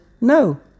no